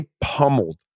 pummeled